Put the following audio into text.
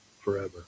forever